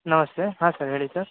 ನಮಸ್ತೆ ಹಾಂ ಸರ್ ಹೇಳಿ ಸರ್